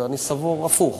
ואני סבור הפוך.